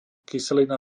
kyselina